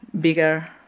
bigger